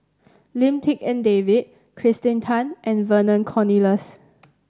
Lim Tik En David Kirsten Tan and Vernon Cornelius